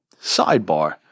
Sidebar